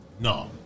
No